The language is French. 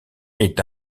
est